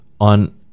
on